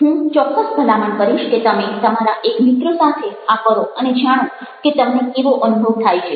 હું ચોક્કસ ભલામણ કરીશ કે તમે તમારા એક મિત્ર સાથે આ કરો અને જાણો કે તમને કેવો અનુભવ થાય છે